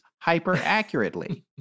hyper-accurately